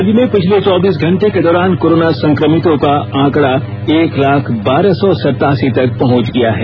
राज्य में पिछले चौबीस घंटे के दौरान कोराना संक्रमितों का आंकड़ा एक लाख बारह सौ सतासी तक पहंच गया है